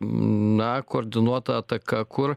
na koordinuota ataka kur